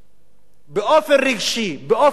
באופן רגשי, באופן אידיאולוגי